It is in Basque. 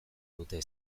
dute